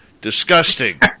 disgusting